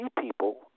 people